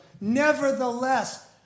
Nevertheless